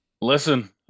Listen